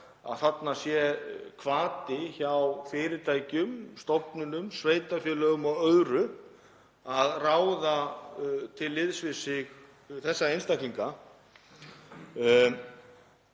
að það sé hvati hjá fyrirtækjum, stofnunum, sveitarfélögum og öðrum að ráða til liðs við sig þessa einstaklinga.